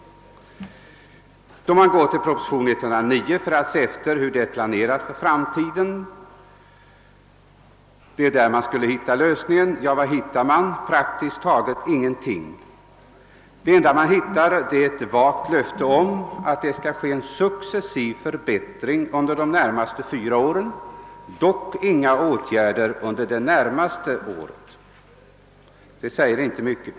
Om man går till proposi tion 109 för att se hur det är planerat för framtiden, borde man väl där finna svaret. Men nej — det enda man hittar är ett vagt löfte om att det skall ske en successiv förbättring under de närmaste fyra åren; dock skall inga åtgärder vidtas under det närmaste året. Det säger inte mycket.